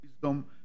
Wisdom